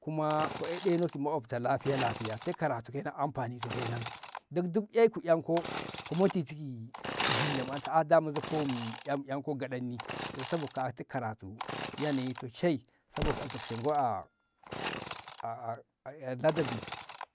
kuma ko e ɗenaki ma'ubsha lahiya- lahiya te karatu na anfanito kenan duk e ku enko ki motitki billa ma ta'a damu zobko min enko gaɗanni musabu kati karatu yanaito shai saboka sabshe nga a'ar ndabi